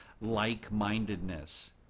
like-mindedness